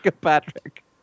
Patrick